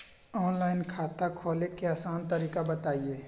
Online खाता खोले के आसान तरीका बताए?